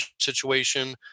situation